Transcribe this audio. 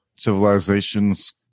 civilizations